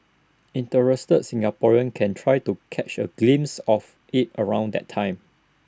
interested Singaporeans can try to catch A glimpse of IT around that time